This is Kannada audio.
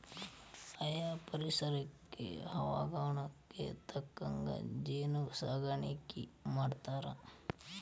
ಆಯಾ ಪರಿಸರಕ್ಕ ಹವಾಗುಣಕ್ಕ ತಕ್ಕಂಗ ಜೇನ ಸಾಕಾಣಿಕಿ ಮಾಡ್ತಾರ